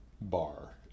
bar